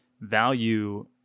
Value